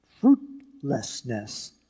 Fruitlessness